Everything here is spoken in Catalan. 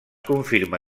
confirma